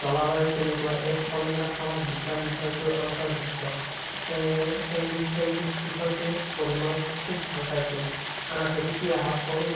জলবায়ু কেনেকুৱা এই সকলোবিলাক সমাজ বিজ্ঞান বিষয়টোৰ অন্তৰ্ভূক্ত সেয়েহে সেই সেই বিষয়টো পঢ়ি মই খুব ভাল পাইছিলোঁ আনহাতে ইতিহাসত কোন